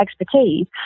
expertise